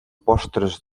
postres